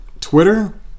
Twitter